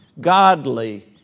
godly